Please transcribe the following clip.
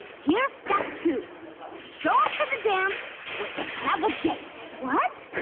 here's step two. you show up to the dance with another date. what?